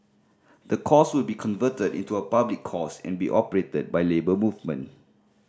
the course will be converted into a public course and be operated by the Labour Movement